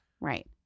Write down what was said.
Right